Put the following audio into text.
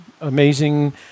amazing